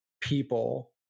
people